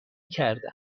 کردم